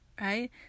right